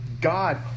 God